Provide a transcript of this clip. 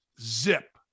Zip